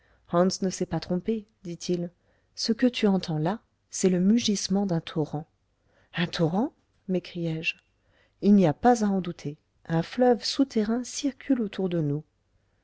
ne s'est pas trompé dit-il ce que tu entends là c'est le mugissement d'un torrent un torrent m'écriai-je il n'y a pas à en douter un fleuve souterrain circule autour de nous